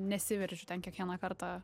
nesiveržiu ten kiekvieną kartą